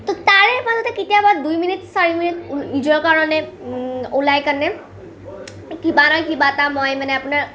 তো তাৰে মাজতে কেতিয়াবা দুই মিনিট চাৰি মিনিট নিজৰ কাৰণে ওলাই কেনে কিবা নহয় কিবা এটা মই মানে আপোনাৰ